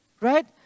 right